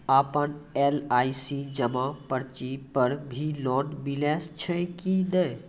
आपन एल.आई.सी जमा पर्ची पर भी लोन मिलै छै कि नै?